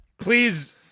Please